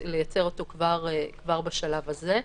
לייצר אותו כבר בשלב הזה.